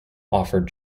offered